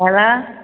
hello